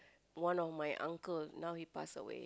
one of my uncle now he pass away